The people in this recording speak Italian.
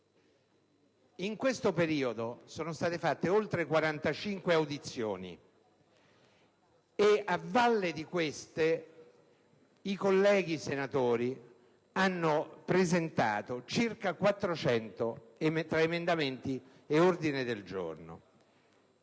In questo periodo sono state svolte oltre 45 audizioni e, a valle di queste, i colleghi senatori hanno presentato circa 400 tra emendamenti ed ordini del giorno: